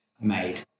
made